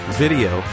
video